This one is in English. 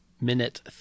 minute